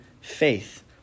faith